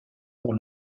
pour